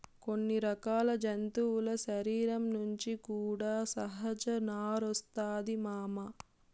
కొన్ని రకాల జంతువుల శరీరం నుంచి కూడా సహజ నారొస్తాది మామ